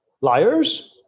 liars